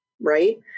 right